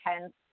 Hence